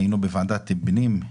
היינו בוועדת הפנים,